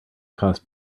cost